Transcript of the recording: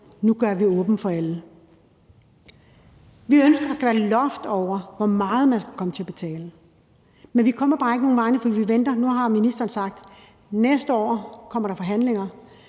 gør det åbent for alle. Vi ønsker, at der skal være loft over, hvor meget man skal kunne komme til at betale, men vi kommer bare ikke nogen vegne, for vi venter. Nu har ministeren sagt, at der næste år kommer forhandlinger,